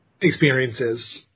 experiences